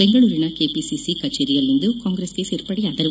ಬೆಂಗಳೂರಿನ ಕೆಪಿಸಿಸಿ ಕಚೇರಿಯಲ್ಲಿಂದು ಕಾಂಗ್ರೆಸ್ ಸೇರ್ಪಡೆಯಾದರು